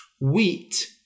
Wheat